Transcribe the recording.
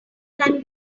can